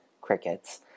crickets